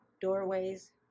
doorways